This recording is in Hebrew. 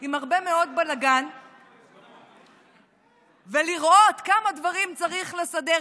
עם הרבה מאוד בלגן ולראות כמה דברים צריך לסדר,